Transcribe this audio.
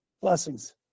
Blessings